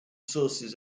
sources